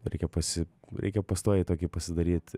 reikia pasi reikia pastoviai tokį pasidaryt